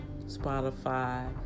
Spotify